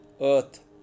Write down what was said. earth